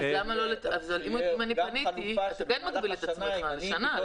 אתה כן מגביל את עצמך לשנה.